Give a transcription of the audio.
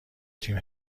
تیم